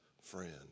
friend